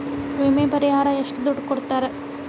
ವಿಮೆ ಪರಿಹಾರ ಎಷ್ಟ ದುಡ್ಡ ಕೊಡ್ತಾರ?